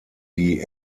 die